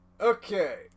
Okay